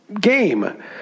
game